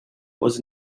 was